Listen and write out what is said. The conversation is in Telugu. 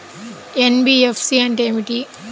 ఎన్.బీ.ఎఫ్.సి అంటే ఏమిటి?